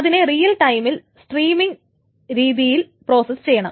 അതിനെ റിയൽ ടൈമിൽ സ്ട്രീമിംഗ് രീതിയിൽ പ്രോസസ്സ് ചെയ്യണം